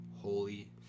holy